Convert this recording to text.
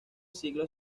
siglo